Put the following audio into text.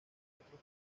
otros